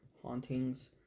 hauntings